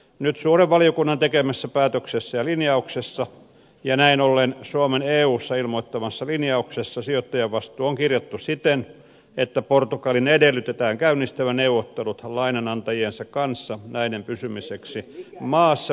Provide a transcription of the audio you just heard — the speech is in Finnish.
nyt suuren valiokunnan tekemässä päätöksessä ja linjauksessa ja näin ollen suomen eussa ilmoittamassa linjauksessa sijoittajavastuu on kirjattu siten että portugalin edellytetään käynnistävän neuvottelut lainanantajiensa kanssa näiden pysymiseksi maassa vastineeksi ohjelmasta